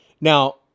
Now